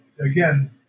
again